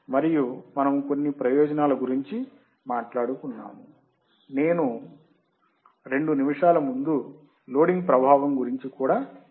మరియు మనము కొన్ని ప్రయోజనాల గురించి మాట్లాడుకున్నాము నేను రెండు నిమిషాల ముందు లోడింగ్ ప్రభావం గురించి మాట్లాడుకున్నాము